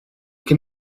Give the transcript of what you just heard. can